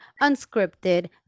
unscripted